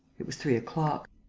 it was three o'clock.